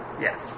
Yes